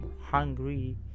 hungry